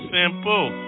Simple